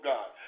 God